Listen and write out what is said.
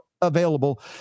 available